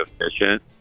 efficient